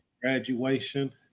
Graduation